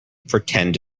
pretend